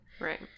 Right